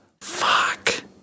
fuck